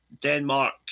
Denmark